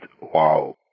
wow